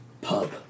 pub